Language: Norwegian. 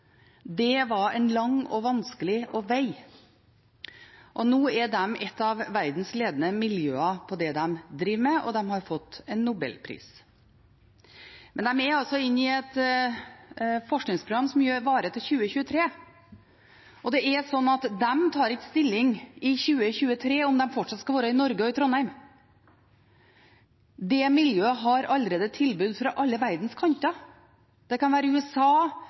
Det var en lang og vanskelig vei. Nå er det ett av verdens ledende miljø innenfor det de driver med, og de har fått en nobelpris. Men de inne i et forskningsprogram som varer til 2023, og de tar ikke stilling i 2023 til om de fortsatt skal være i Norge og i Trondheim. Det miljøet har allerede tilbud fra alle verdens kanter. Det kan være fra USA,